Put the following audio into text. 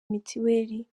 mitiweli